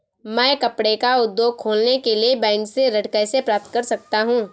मैं कपड़े का उद्योग खोलने के लिए बैंक से ऋण कैसे प्राप्त कर सकता हूँ?